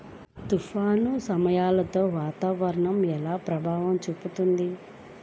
తుఫాను సమయాలలో వాతావరణం ఎలా ప్రభావం చూపుతుంది?